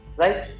right